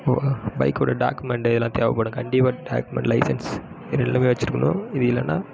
இப்போது பைக்கோடய டாக்குமெண்டு இதெல்லாம் தேவைப்படும் கண்டிப்பாக டாக்குமெண்ட் லைசன்ஸ் இது ரெண்டுமே வெச்சிருக்கணும் இது இல்லைன்னா